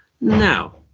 now